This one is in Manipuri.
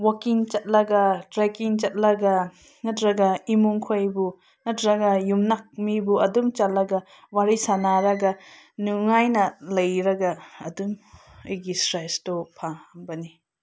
ꯋꯥꯀꯤꯡ ꯆꯠꯂꯒ ꯇ꯭ꯔꯦꯛꯀꯤꯡ ꯆꯠꯂꯒ ꯅꯠꯇ꯭ꯔꯒ ꯏꯃꯨꯡꯈꯣꯏꯕꯨ ꯅꯠꯇ꯭ꯔꯒ ꯌꯨꯝꯅꯥꯛ ꯃꯤꯕꯨ ꯑꯗꯨꯝ ꯆꯠꯂꯒ ꯋꯥꯔꯤ ꯁꯥꯟꯅꯔꯒ ꯅꯨꯡꯉꯥꯏꯅ ꯂꯩꯔꯒ ꯑꯗꯨꯝ ꯑꯩꯒꯤ ꯏꯁꯇ꯭ꯔꯦꯁꯇꯣ ꯐꯕꯅꯤ